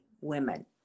women